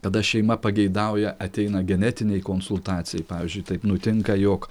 kada šeima pageidauja ateina genetinei konsultacijai pavyzdžiui taip nutinka jog